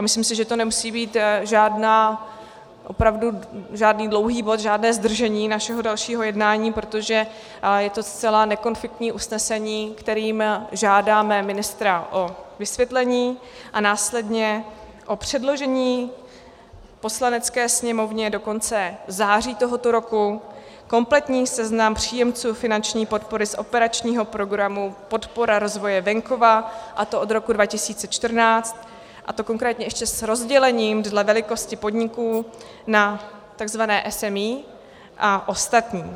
Myslím si, že to nemusí být žádný dlouhý bod, žádné zdržení našeho dalšího jednání, protože je to zcela nekonfliktní usnesení, kterým žádáme ministra o vysvětlení a následně o předložení Poslanecké sněmovně do konce září tohoto roku kompletní seznam příjemců finanční podpory z operačního programu Podpora rozvoje venkova, a to od roku 2014, a to konkrétně ještě s rozdělením dle velikosti podniků na tzv. SME a ostatní.